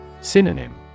Synonym